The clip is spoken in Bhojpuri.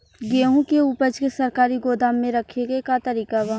गेहूँ के ऊपज के सरकारी गोदाम मे रखे के का तरीका बा?